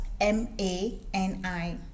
M-A-N-I